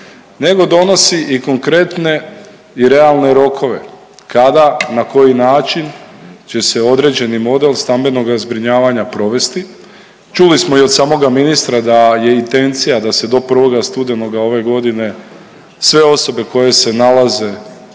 nego donosi i konkretne i realne rokove kada, na koji način će se određeni model stambenoga zbrinjavanja provesti. Čuli smo i od samoga ministra da je intencija da se do 1. studenoga ove godine sve osobe koje se nalaze